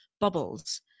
bubbles